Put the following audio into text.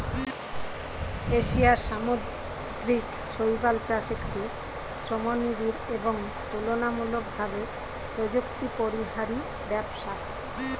এশিয়ার সামুদ্রিক শৈবাল চাষ একটি শ্রমনিবিড় এবং তুলনামূলকভাবে প্রযুক্তিপরিহারী ব্যবসা